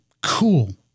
cool